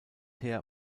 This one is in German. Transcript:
her